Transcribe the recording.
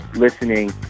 listening